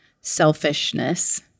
selfishness